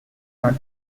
not